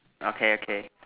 okay okay